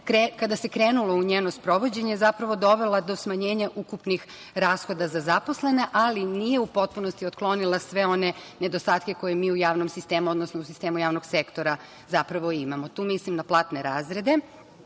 kada se krenulo u njeno sprovođenje zapravo dovela do smanjenja ukupnih rashoda za zaposlene, ali nije u potpunosti otklonila sve one nedostatke koje mi u javnom sistemu, odnosno u sistemu javnog sektora zapravo imamo. Tu mislim na platne razrede,